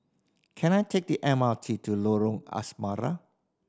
can I take the M R T to Lorong Asrama